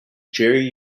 jerry